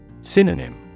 Synonym